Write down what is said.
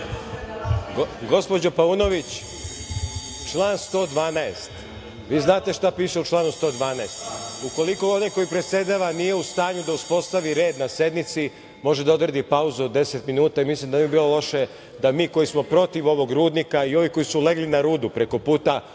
Gospođo Paunović, član 112, vi znate šta piše u članu 112, ukoliko onaj koji predsedava nije u stanju da uspostavi red na sednici može da odredi pauzu od 10 minuta i mislim da ne bi bilo loše, da mi koji smo protiv ovog rudnika i ovi koji su legli na rudu preko puta,